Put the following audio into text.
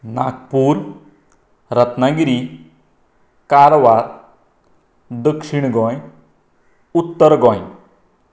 नागपूर रत्नागिरी कारवार दक्षिण गोंय उत्तर गोंय